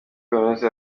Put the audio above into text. kaminuza